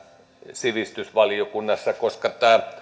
sivistysvaliokunnassa koska